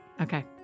Okay